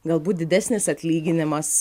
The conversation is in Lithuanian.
galbūt didesnis atlyginimas